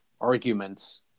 arguments